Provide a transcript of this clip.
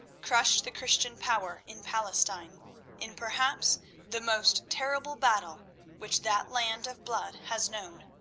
crushed the christian power in palestine in perhaps the most terrible battle which that land of blood has known.